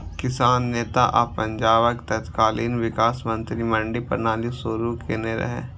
किसान नेता आ पंजाबक तत्कालीन विकास मंत्री मंडी प्रणाली शुरू केने रहै